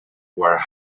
were